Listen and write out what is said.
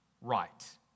right